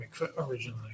originally